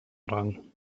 rang